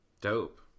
Dope